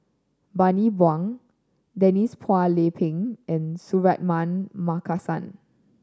Bani Buang Denise Phua Lay Peng and Suratman Markasan